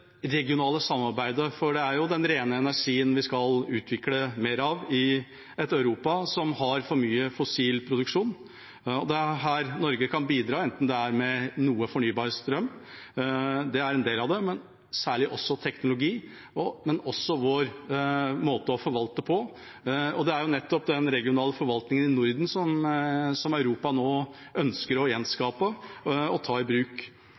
regionale samarbeidet, er det den rene energien vi skal utvikle mer av i et Europa som har for mye fossil produksjon. Det er her Norge kan bidra, enten det er med noe fornybar strøm, det er en del av det, med – særlig – teknologi eller med vår måte å forvalte på. Det er nettopp den regionale forvaltningen i Norden som Europa nå ønsker å gjenskape og ta i bruk.